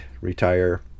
retire